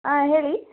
ಹಾಂ ಹೇಳಿ